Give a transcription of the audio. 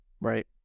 right